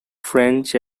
french